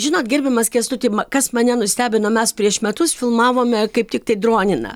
žinot gerbiamas kęstuti kas mane nustebino mes prieš metus filmavome kaip tiktai droniną